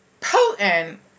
potent